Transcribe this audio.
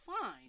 fine